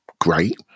great